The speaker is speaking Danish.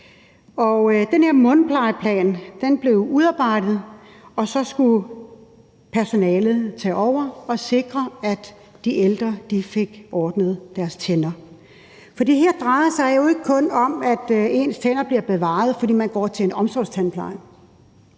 den her mundplejeplan blev udarbejdet, og så skulle personalet tage over og sikre, at de ældre fik ordnet deres tænder. For det her drejer sig jo ikke kun om, at ens tænder bliver bevaret, fordi man går til en omsorgstandpleje,